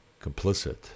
complicit